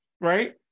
right